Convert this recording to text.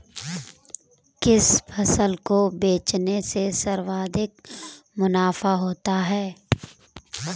किस फसल को बेचने से सर्वाधिक मुनाफा होता है?